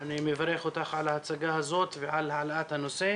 אני מברך אותך על ההצגה הזאת ועל העלאת הנושא.